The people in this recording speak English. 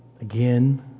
again